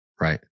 right